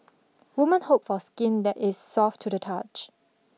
women hope for skin that is soft to the touch